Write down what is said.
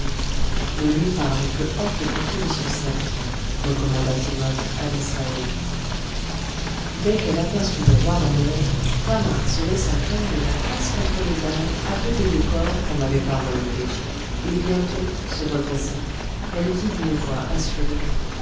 ne lui parle que hors de portée de son sceptre recommanda timopht à l'israélite dès qu'elle aperçut le roi dans l'ombre thamar se laissa tomber la face contre les dalles à côté des corps qu'on n'avait point relevés et bientôt se redressant elle dit d'une voix assurée